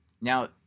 Now